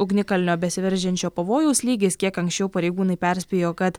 ugnikalnio besiveržiančio pavojaus lygis kiek anksčiau pareigūnai perspėjo kad